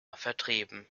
vertrieben